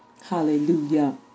Hallelujah